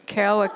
Carol